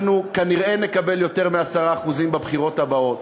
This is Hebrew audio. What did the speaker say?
אנחנו כנראה נקבל יותר מ-10% בבחירות הבאות.